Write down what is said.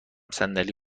صندلی